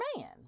man